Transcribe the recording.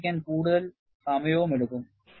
ആരംഭിക്കാൻ കൂടുതൽ സമയമെടുക്കും